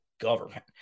government